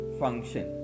function